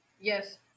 Yes